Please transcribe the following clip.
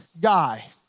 guy